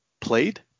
played